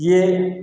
ये